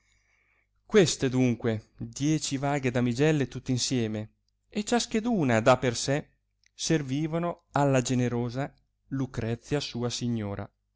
queste adunque dieci vaghe damigelle tutte insieme e ciascheduna da per se servivano alla generosa lucrezia sua signora